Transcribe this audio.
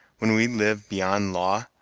when we live beyond law,